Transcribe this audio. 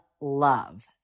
love